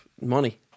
money